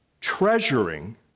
treasuring